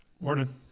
morning